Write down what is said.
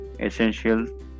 essential